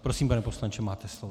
Prosím, pane poslanče, máte slovo.